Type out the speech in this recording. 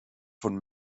von